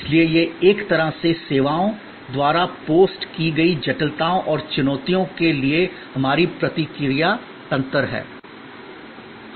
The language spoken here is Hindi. इसलिए यह एक तरह से सेवाओं द्वारा पोस्ट की गई जटिलताओं और चुनौतियों के लिए हमारी प्रतिक्रिया तंत्र है